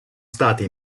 state